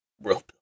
world